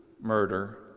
murder